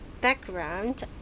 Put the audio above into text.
background